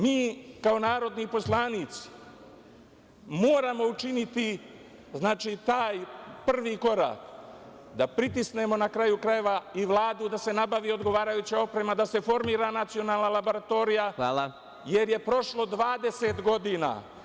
Mi kao narodni poslanici moramo učiniti taj prvi korak, da pritisnemo, na kraju krajeva, i Vladu da se nabavi odgovarajuća oprema, da se formira nacionalna laboratorija, jer je prošlo 20 godina.